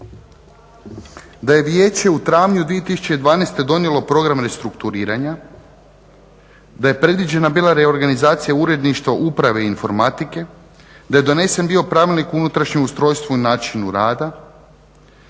da je Vijeće u travnju 2012. donijelo program restrukturiranja, da je predviđena bila reorganizacija uredništva uprave i informatike, da je donesen bio Pravilnik o unutrašnjem ustrojstvu i načinu rada,